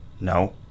No